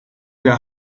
der